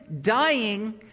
dying